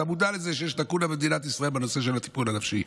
אתה מודע לזה שיש לקונה במדינת ישראל בנושא הטיפול הנפשי.